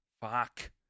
Fuck